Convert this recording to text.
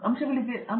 professor